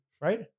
right